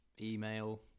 Email